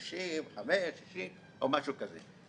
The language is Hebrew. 55', 60' או משהו כזה.